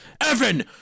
Evan